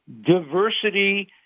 diversity